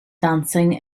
dancing